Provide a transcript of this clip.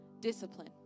discipline